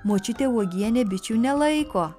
močiutė uogienė bičių nelaiko